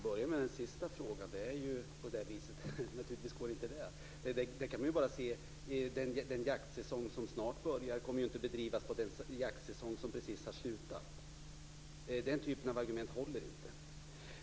Herr talman! Jag skall börja med den sista frågan. Naturligtvis går inte det. Den jaktsäsong som snart börjar kommer t.ex. inte att bedrivas på samma sätt som den jaktsäsong som precis har slutat. Den typen av argument håller inte.